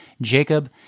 Jacob